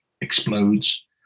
explodes